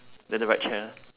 then the right chair